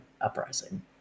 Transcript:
uprising